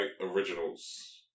originals